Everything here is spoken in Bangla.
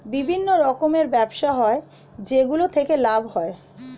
বিভিন্ন রকমের ব্যবসা হয় যেগুলো থেকে লাভ হয়